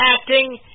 acting